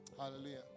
Hallelujah